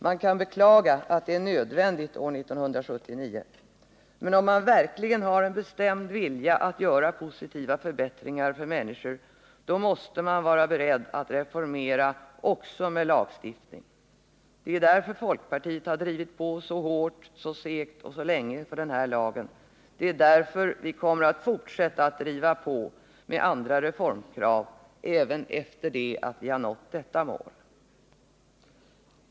Man kan beklaga att det är nödvändigt år 1979, men om man verkligen har en bestämd vilja att göra positiva förbättringar för människor, då måste man vara beredd att reformera också med lagstiftning. Det är därför folkpartiet har drivit på så hårt, så segt och så länge för den här lagen. Det är därför vi kommer att fortsätta att driva på med andra reformer även efter det att vi nått detta mål.